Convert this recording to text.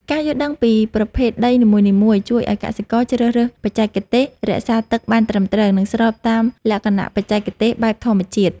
ការយល់ដឹងពីប្រភេទដីនីមួយៗជួយឱ្យកសិករជ្រើសរើសបច្ចេកទេសរក្សាទឹកបានត្រឹមត្រូវ និងស្របតាមលក្ខណៈបច្ចេកទេសបែបធម្មជាតិ។